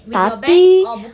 tapi